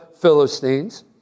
Philistines